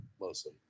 mostly